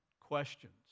questions